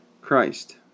Christ